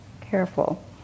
careful